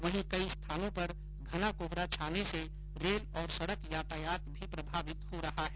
वहीं कई स्थानों पर घना कोहरा छाने से रेल और सड़क यातायात भी प्रभावित हो रहा है